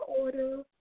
order